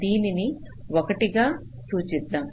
దీనిని 1 గా సూచిద్దాం